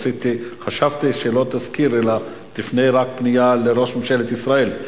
חשבתי שלא תזכיר אלא רק תפנה פנייה לראש ממשלת ישראל.